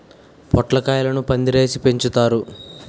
పొట్లకాయలను పందిరేసి పెంచుతారు